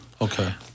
Okay